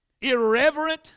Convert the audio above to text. irreverent